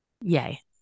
Yay